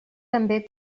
també